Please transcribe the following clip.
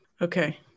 Okay